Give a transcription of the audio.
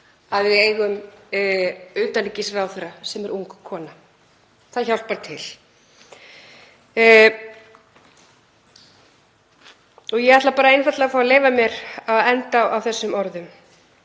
að við eigum utanríkisráðherra sem er ung kona. Það hjálpar til. Ég ætla að bara einfaldlega að fá að leyfa mér að enda á þessum orðum: